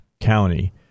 County